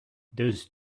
those